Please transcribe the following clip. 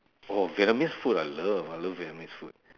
oh vietnamese food I love I love vietnamese food